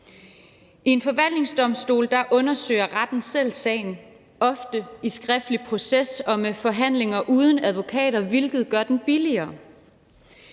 en forvaltningsdomstol undersøger retten selv sagen, ofte i skriftlig proces og med forhandlinger uden advokater, hvilket gør den billigere.